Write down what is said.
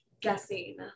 guessing